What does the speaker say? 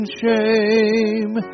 shame